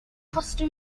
costa